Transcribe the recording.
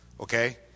Okay